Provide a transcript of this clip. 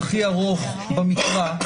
ביום שני כבר מתחילים לשחות בבריכות המקורות,